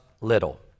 little